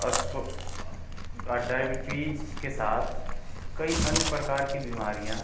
अस्व आ डाइबेटीज के साथ कई अन्य प्रकार कि बीमारियाँ